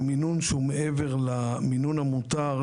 במינון שהוא מעבר למינון המותר,